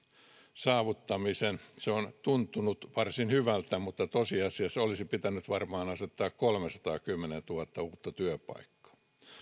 saavuttamisen se on tuntunut varsin hyvältä mutta tosiasiassa olisi varmaan pitänyt asettaa tavoitteeksi kolmesataakymmentätuhatta uutta työpaikkaa